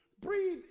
Breathe